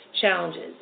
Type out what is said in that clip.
challenges